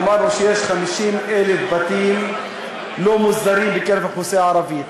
אמרנו שיש 50,000 בתים לא מוסדרים בקרב האוכלוסייה הערבית.